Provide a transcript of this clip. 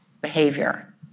behavior